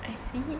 I see